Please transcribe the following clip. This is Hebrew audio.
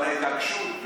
אבל ההתעקשות,